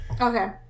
Okay